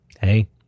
Hey